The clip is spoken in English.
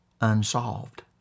unsolved